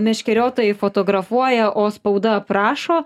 meškeriotojai fotografuoja o spauda aprašo